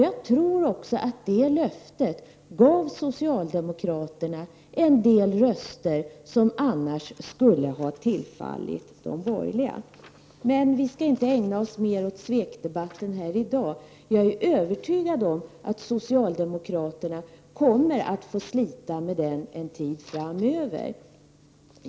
Jag tror också att det löftet gav socialdemokraterna en del röster som annars skulle ha tillfallit de borgerliga. Men vi skall inte ägna oss mer åt svekdebatten här i dag. Jag är övertygad om att socialdemokraterna kommer att få slita med den en tid framöver.